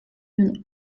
une